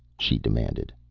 she demanded.